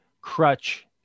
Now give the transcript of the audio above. crutch